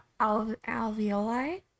alveoli